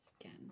again